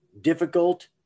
difficult